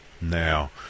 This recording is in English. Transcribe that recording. Now